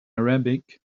arabic